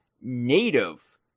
native